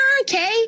okay